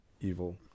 evil